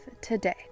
today